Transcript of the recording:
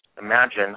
Imagine